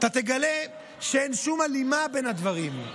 אתה תגלה שאין שום הלימה בין הדברים.